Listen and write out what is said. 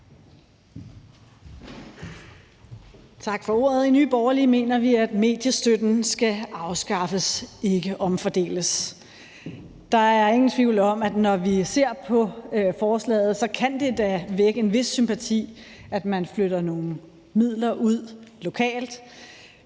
Tak for ordet. I Nye Borgerlige mener vi, at mediestøtten skal afskaffes, ikke omfordeles. Der er ingen tvivl om, at når vi ser på forslaget, kan det da vække en vis sympati, at man flytter nogle midler ud lokalt.